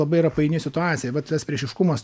labai yra paini situacija vat tas priešiškumas